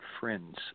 friends